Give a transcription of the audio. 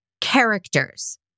characters